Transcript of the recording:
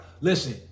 Listen